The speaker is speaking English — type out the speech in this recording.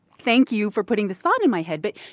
thank you for putting this thought in my head. but,